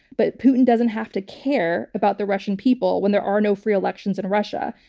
but putin doesn't have to care about the russian people when there are no free elections in russia.